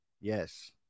yes